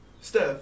Steph